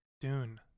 dune